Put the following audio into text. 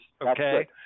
Okay